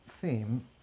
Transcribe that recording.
theme